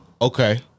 Okay